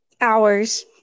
Hours